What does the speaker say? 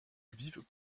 vivent